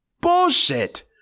Bullshit